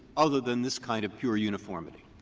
other than this kind of pure uniformity,